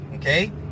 Okay